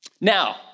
Now